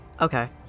okay